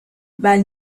weil